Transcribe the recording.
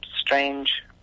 strange